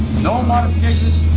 no modifications,